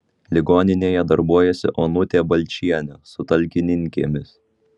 ligoninėje darbuojasi onutė balčienė su talkininkėmis